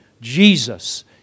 Jesus